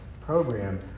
program